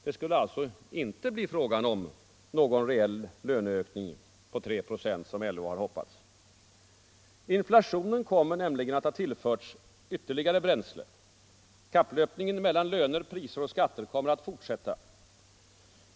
Det skulle alltså inte bli fråga om någon reell löneökning på 3 procent, som LO har hoppats. Inflationen kommer nämligen att ha tillförts ytterligare bränsle. Kapplöpningen mellan löner, priser och skatter kommer att fortsätta.